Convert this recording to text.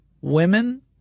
Women